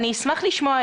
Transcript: אני אשמח לשמוע,